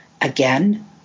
Again